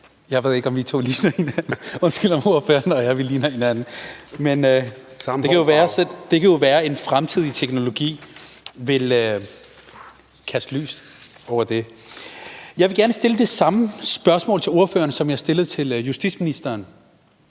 Jeg ved ikke, om ordføreren og jeg ligner hinanden, men det kan være, at en fremtidig teknologi vil kaste lys over det. Jeg vil gerne stille det samme spørgsmål til ordføreren, som jeg stillede til justitsministeren